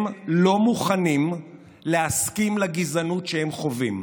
הם לא מוכנים להסכים לגזענות שהם חווים,